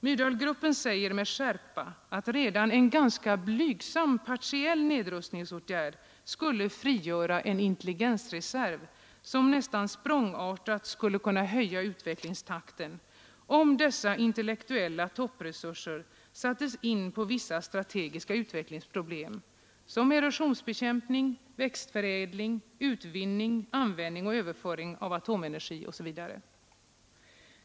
Myrdalgruppen säger med skärpa att redan en ganska blygsam partiell nedrustningsåtgärd skulle frigöra en intelligensreserv som nästan språngartat skulle kunna höja utvecklingstakten, om dessa intellektuella toppresurser sattes in på verkligt strategiska utvecklingsproblem som t.ex. erosionsbekämpning, växtförädling, utvinning, användning och överföring av atomenergi osv.